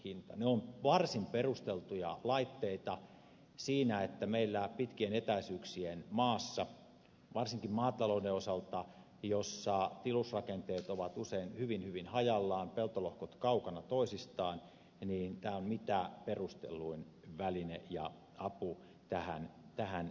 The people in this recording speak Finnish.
ne ovat varsin perusteltuja laitteita siinä että meillä pitkien etäisyyksien maassa varsinkin maatalouden osalta jossa tilusrakenteet ovat usein hyvin hyvin hajallaan peltolohkot kaukana toisistaan tämä on mitä perustelluin väline ja apu tähän kohtaan